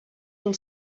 del